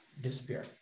disappear